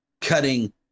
cutting